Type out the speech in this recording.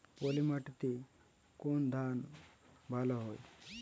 পলিমাটিতে কোন ধান ভালো হয়?